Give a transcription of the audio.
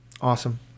awesome